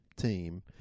team